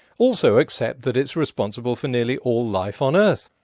also accept that it's responsible for nearly all life on earth.